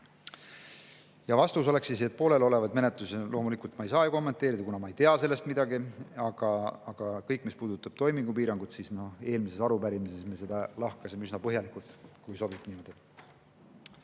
Vastus oleks, et pooleliolevaid menetlusi loomulikult ma ei saa kommenteerida, kuna ma ei tea sellest midagi. Aga mis puudutab toimingupiiranguid, siis eelmises arupärimises me seda lahkasime üsna põhjalikult. Kui sobib niimoodi.